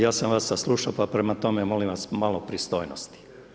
Ja sam vas saslušao pa prema tome molim vas malo pristojnosti.